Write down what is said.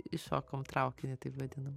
iššokom į traukinį taip vadinamą